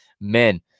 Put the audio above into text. men